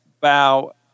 bow